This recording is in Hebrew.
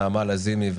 נעמה לזיני,